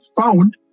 found